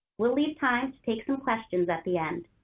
we'll leave time to take some questions at the end.